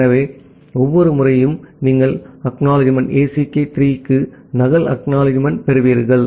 ஆகவே ஒவ்வொரு முறையும் நீங்கள் ACK 3 க்கு நகல் ACK ஐப் பெறுவீர்கள்